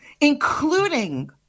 including